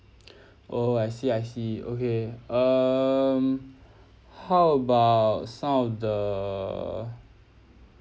oh I see I see okay um how about some of the